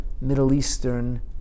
Middle-Eastern